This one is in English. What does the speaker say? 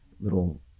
little